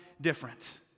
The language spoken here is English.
different